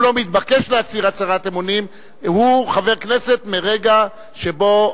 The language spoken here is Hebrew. אם הוא לא מתבקש להצהיר הצהרת אמונים הוא חבר הכנסת מרגע שבו